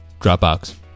Dropbox